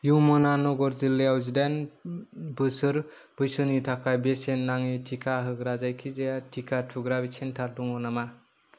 यमुनानगर जिल्लायाव जिदाइन बोसोर बैसोनि थाखाय बेसेन नाङि टिका होग्रा जायखिजाया टिका थुग्रा सेन्टार बिदि दङ नामा